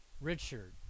Richard